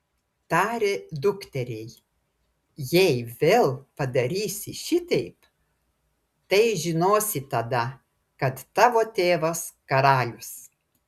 tarė dukteriai jei vėl padarysi šiteip tai žinosi tada kad tavo tėvas karalius